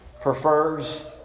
prefers